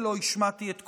ולא השמעתי את קולי,